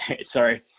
sorry